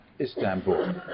Istanbul